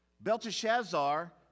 Belteshazzar